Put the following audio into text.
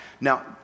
Now